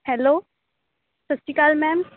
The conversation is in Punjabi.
hello Sat Sri Akal ma'am